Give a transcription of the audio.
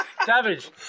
Savage